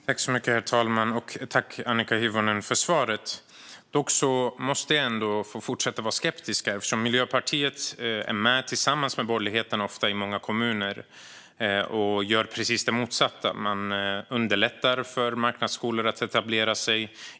Herr talman! Jag tackar Annika Hirvonen för svaret. Jag måste ändå få fortsätta att vara skeptisk eftersom Miljöpartiet ofta tillsammans med borgerligheten gör precis det motsatta i många kommuner. Man underlättar för marknadsskolor att etablera sig.